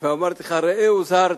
ואמרתי לך, ראה הוזהרת,